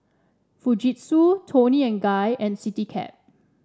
Fujitsu Toni and Guy and Citycab